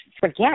forget